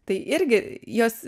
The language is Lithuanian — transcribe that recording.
tai irgi jos